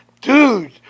Dude